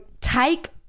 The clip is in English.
take